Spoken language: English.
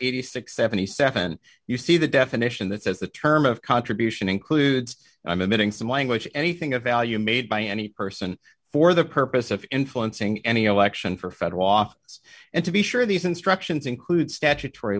and seventy seven you see the definition that says the term of contribution includes i'm admitting some language anything of value made by any person for the purpose of influencing any election for federal office and to be sure these instructions include statutory